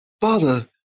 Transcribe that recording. father